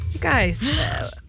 guys